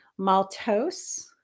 maltose